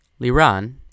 Liran